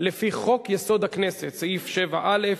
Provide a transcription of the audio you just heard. לפי חוק-יסוד: הכנסת, סעיף 7(א):